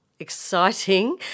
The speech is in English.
exciting